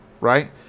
right